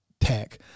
tech